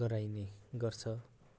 गराइने गर्छ